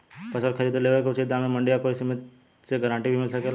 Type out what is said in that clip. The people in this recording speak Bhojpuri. फसल खरीद लेवे क उचित दाम में मंडी या कोई समिति से गारंटी भी मिल सकेला?